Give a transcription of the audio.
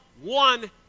one